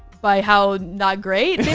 by how not great.